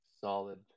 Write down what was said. solid